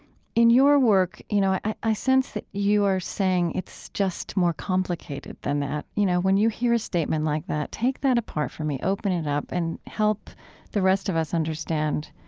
in your work, you know, i i sense that you are saying it's just more complicated than that, you know, when you hear a statement like that. take that apart for me, open it up and help the rest of us understand